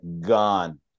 gone